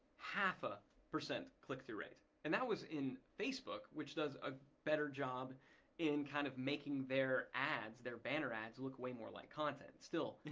half a percent clickthrough rate and that was in facebook which does a better job in kind of making their ads, their banner ads look way more like content. still,